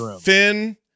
Finn